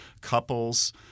couples